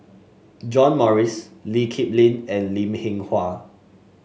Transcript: John Morrice Lee Kip Lin and Lim Hwee Hua